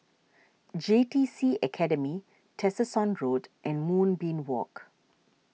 J T C Academy Tessensohn Road and Moonbeam Walk